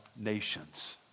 nations